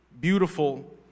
beautiful